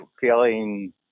feeling